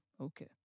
okay